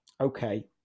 okay